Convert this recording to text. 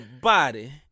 body